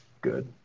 good